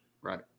Right